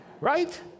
Right